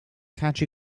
catch